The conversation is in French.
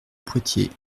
poitiers